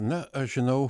na aš žinau